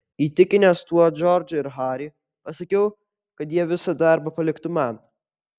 įtikinęs tuo džordžą ir harį pasakiau kad jie visą darbą paliktų man